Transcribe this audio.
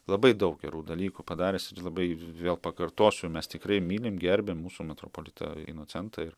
labai daug gerų dalykų padaręs ir labai vėl pakartosiu mes tikrai mylim gerbiam mūsų metropolitą inocentą ir